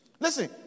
Listen